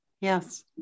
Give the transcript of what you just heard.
Yes